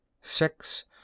six